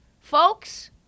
folks